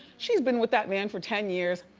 she's been with that man for ten years,